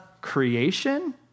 creation